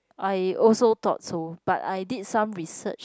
I also thought so but I did some research